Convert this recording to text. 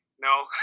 no